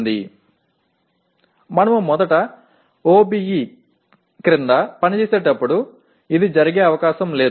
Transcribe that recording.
நாம் முதன்முதலில் OBE இன் கீழ் செயல்படும்போது இது நிகழ வாய்ப்பில்லை